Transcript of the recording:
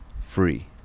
free